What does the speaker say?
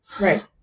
Right